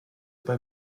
bei